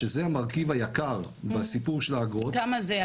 שזה המרכיב היקר בסיפור של האגרות --- כמה זה?